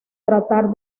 tratar